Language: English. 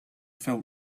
felt